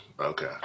okay